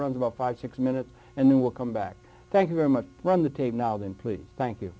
runs about fifty six minutes and then will come back thank you very much run the tape now then please thank you